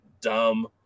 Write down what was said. dumb